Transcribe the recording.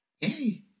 Hey